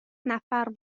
نفر